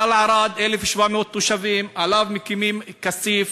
תל-ערד, 1,700 תושבים, עליו מקימים את כסיף,